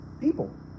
people